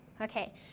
Okay